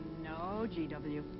no, g w.